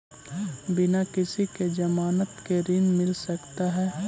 बिना किसी के ज़मानत के ऋण मिल सकता है?